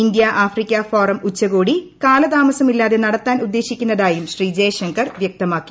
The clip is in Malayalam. ഇന്ത്യാ ആഫ്രിക്ക ഫോറം ഉച്ച്കോടി കാലതാമസമില്ലാതെ നടത്താൻ ഉദ്ദേശിക്കുന്നതായും ശ്രീ ജയ്ശങ്കർ വ്യക്തമാക്കി